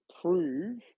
prove